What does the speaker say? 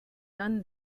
done